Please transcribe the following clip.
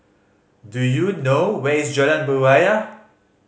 do you know where is Jalan Berjaya